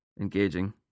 engaging